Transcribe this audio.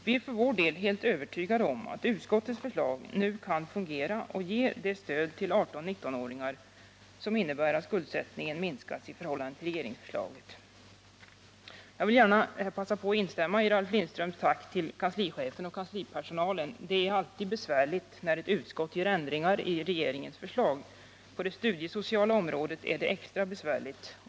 Vi är för vår del övertygade om att utskottets förslag kan fungera och ge ett stöd till 18-19-åringar, som innebär att skuldsättningen minskas i förhållande till regeringsförslaget. Jag vill gärna passa på att instämma i Ralf Lindströms tack till kanslichefen och kanslipersonalen. Det är alltid besvärligt när ett utskott gör ändringar i regeringens förslag. På det studiesociala området är det extra besvärligt.